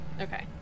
Okay